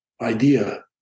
idea